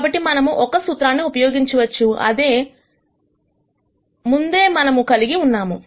కాబట్టి మనము ఒక సూత్రాన్ని ఉపయోగించవచ్చు అది ముందే మనం కలిగి ఉన్నాము